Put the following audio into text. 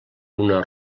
una